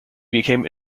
became